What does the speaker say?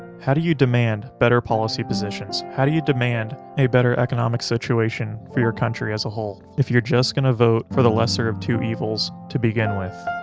how do you demand better policy positions? how do you demand a better economic situation for your country as a whole, if you're just going to vote for the lesser of two evils to begin with?